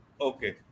okay